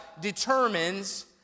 determines